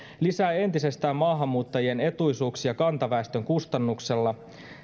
lisää entisestään maahanmuuttajien etuisuuksia kantaväestön kustannuksella